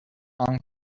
hong